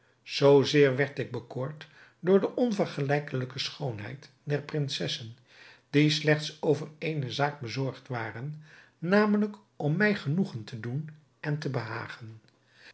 zoo zeer werd ik bekoord door de onvergelijkelijke schoonheid der prinsessen die slechts over eene zaak bezorgd waren namelijk om mij genoegen te doen en te behagen